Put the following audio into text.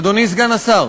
אדוני סגן השר,